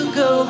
go